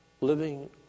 living